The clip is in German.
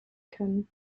können